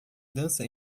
dança